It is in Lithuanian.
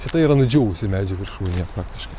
šita yra nudžiūvusi medžio viršūnė faktiškai